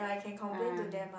um